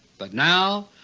but now,